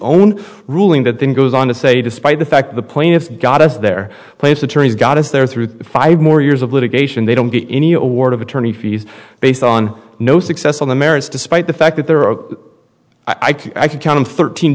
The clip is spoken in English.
own ruling that then goes on to say despite the fact the plaintiffs got us their place attorneys got us there through five more years of litigation they don't get any award of attorney fees based on no success on the merits despite the fact that there are i could count in thirteen